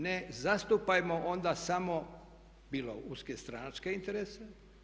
Ne zastupajmo onda samo bilo uske stranačke interese.